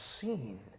seen